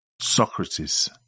Socrates